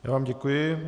Já vám děkuji.